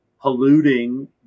polluting